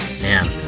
Man